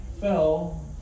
fell